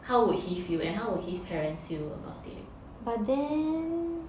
how would he feel and would his parents feel about it